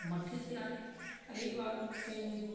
मट्ठी त्यार होई रेही गेई बात सेवियें दी